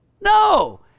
no